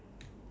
ya